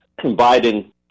Biden